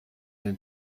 den